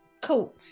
cool